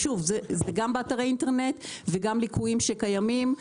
שוב, זה גם באתרי אינטרנט וגם ליקויים שקיימים.